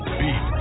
beat